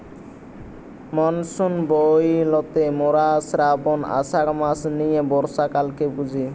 monsoon বইলতে মোরা শ্রাবন, আষাঢ় মাস নিয়ে বর্ষাকালকে বুঝি